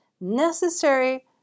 necessary